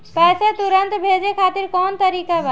पैसे तुरंत भेजे खातिर कौन तरीका बा?